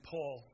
Paul